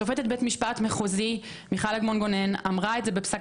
שופטת בית המשפט המחוזי מיכל אגמון גונן אמרה את זה בפסק